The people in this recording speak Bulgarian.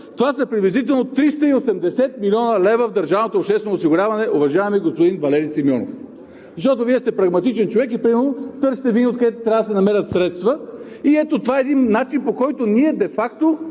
това са приблизително 380 млн. лв. в държавното обществено осигуряване, уважаеми господин Валери Симеонов. Вие сте прагматичен човек и винаги търсите откъде трябва да се намерят средства и ето това е един начин, по който де факто